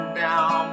down